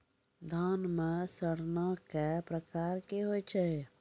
धान म सड़ना कै प्रकार के होय छै?